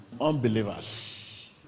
unbelievers